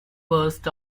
burst